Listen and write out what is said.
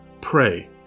pray